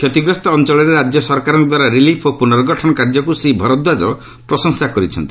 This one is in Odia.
କ୍ଷତିଗ୍ରସ୍ତ ଅଞ୍ଚଳରେ ରାଜ୍ୟ ସରକାରଙ୍କ ଦ୍ୱାରା ରିଲିଫ୍ ଓ ପୁର୍ନଗଠନ କାର୍ଯ୍ୟକ୍ତ ଶ୍ରୀ ଭରଦ୍ୱାଳ ପ୍ରଶଂସା କରିଛନ୍ତି